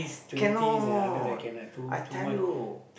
cannot I tell you